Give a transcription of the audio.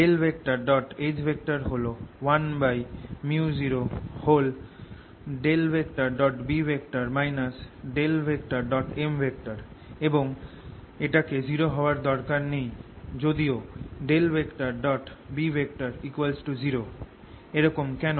H হল 1µ0B M এবং এটাকে 0 হওয়ার দরকার নেই যদিও B 0 এরকম কেন